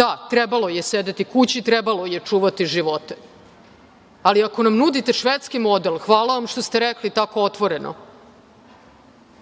Da, trebalo je sedeti kući, trebalo je čuvati živote. Ako nam nudite švedski model, hvala vam što ste rekli tako otvoreno,